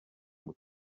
ngo